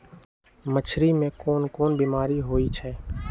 मछरी मे कोन कोन बीमारी होई छई